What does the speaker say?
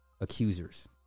accusers